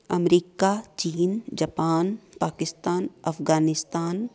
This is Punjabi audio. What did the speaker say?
ਅਮਰੀਕਾ ਚੀਨ ਜਪਾਨ ਪਾਕਿਸਤਾਨ ਅਫਗਾਨਿਸਤਾਨ